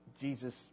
jesus